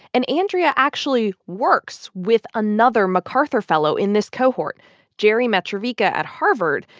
and andrea actually works with another macarthur fellow in this cohort jerry mitrovica at harvard.